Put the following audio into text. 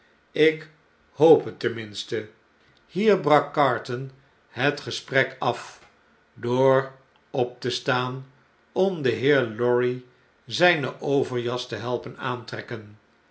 ik hoop het ten minste hier brak carton het gesprek af door op te staan om den heer lorry zjjne overjas te helpen aantrekken